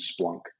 Splunk